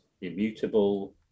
immutable